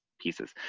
pieces